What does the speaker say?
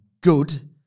good